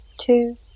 two